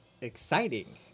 exciting